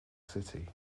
city